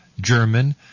German